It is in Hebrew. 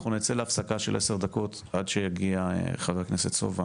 אנחנו נצא להפסקה של 10 דקות עד שיגיע חבר הכנסת סובה